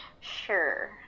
Sure